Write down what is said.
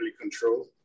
control